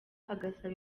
agasaba